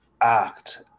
act